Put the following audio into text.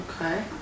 okay